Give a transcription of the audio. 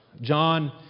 John